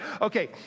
okay